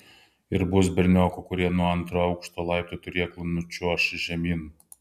ir bus berniokų kurie nuo antro aukšto laiptų turėklų nučiuoš žemyn